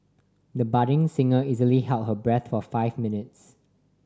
the budding singer easily held her breath for five minutes